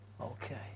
Okay